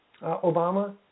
Obama